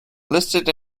listed